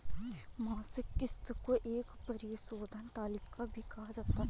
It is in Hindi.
मासिक किस्त को एक परिशोधन तालिका भी कहा जाता है